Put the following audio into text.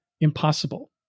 impossible